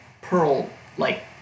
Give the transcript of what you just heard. pearl-like